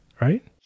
right